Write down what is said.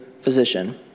physician